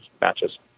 matches